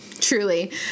Truly